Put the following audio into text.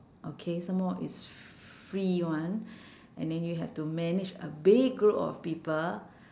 okay some more it's free [one] and then you have to manage a big group of people